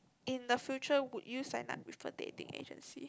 in the future would you sign up with a dating agency